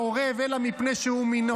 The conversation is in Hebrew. עזוב, שמענו אותך.